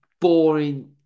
boring